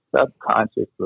subconsciously